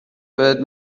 بهت